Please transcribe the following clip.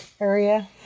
area